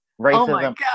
Racism